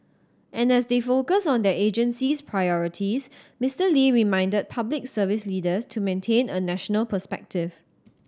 and as they focus on their agency's priorities Mister Lee reminded Public Service leaders to maintain a national perspective